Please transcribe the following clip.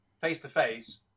Face-to-face